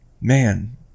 Man